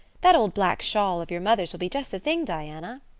that old black shawl of your mother's will be just the thing, diana.